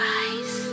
eyes